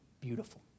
beautiful